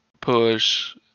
push